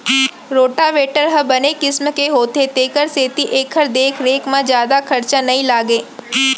rotavator ह बने किसम के होथे तेकर सेती एकर देख रेख म जादा खरचा नइ लागय